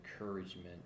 encouragement